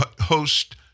host